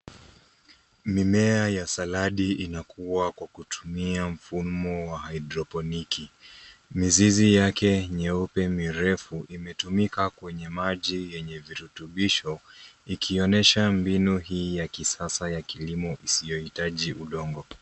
Mimea ya saladi inakua kwa kutumia mfumo wa haedroponiki. Mizizi yake myeupe mirefu imetumika kwenye maji yenye virutubisho ikionyesha mbinu hii ya kisasa ya kilimo isiyohitaji udongo.